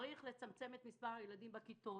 יש לצמצם את מספר הילדים בכיתות,